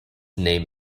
name